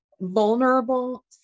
vulnerable